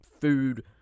food